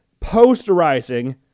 posterizing